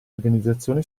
organizzazione